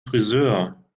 frisör